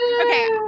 Okay